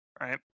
right